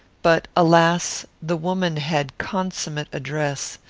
but alas! the woman had consummate address.